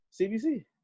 CBC